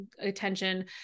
attention